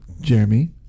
Jeremy